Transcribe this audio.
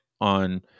on